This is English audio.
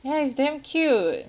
ya it's damn cute